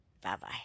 Bye-bye